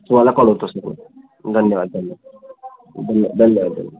तुम्हाला कळवतोच मी धन्यवाद धन्यवाद धन्यवाद धन्यवाद